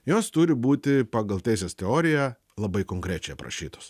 jos turi būti pagal teisės teoriją labai konkrečiai aprašytos